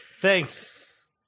Thanks